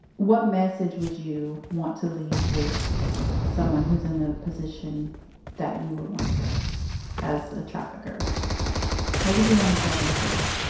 what message would you want to leave with someone who's in the position that you were once in as a trafficker? what would you want to tell them today?